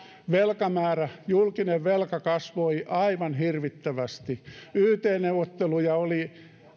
julkinen velka kasvoi aivan hirvittävästi yt neuvotteluja oli